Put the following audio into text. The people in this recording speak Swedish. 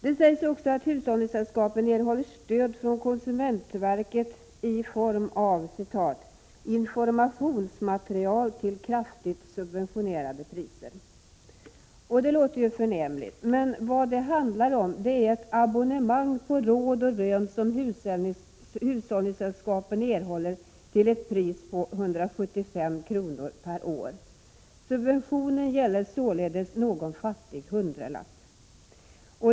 Det framhålls också att hushållningssällskapen erhåller stöd från konsumentverket i form av ”informationsmaterial till kraftigt subventionerat pris”. Det låter ju förnämligt, men vad det handlar om är ett abonnemang på Råd och Rön, som hushållningssällskapen erhåller till ett pris av 175 kr. per år. Subventionen gäller således någon enstaka hundralapp.